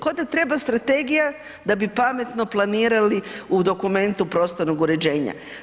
Ko da treba strategija da bi pametno planirali u dokumentu prostornog uređenja.